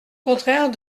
contraire